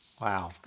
wow